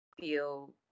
feel